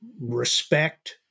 respect